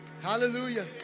Hallelujah